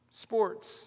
sports